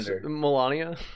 Melania